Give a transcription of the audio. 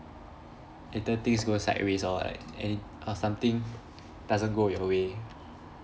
later things go sideways orh like any or something doesn't go your way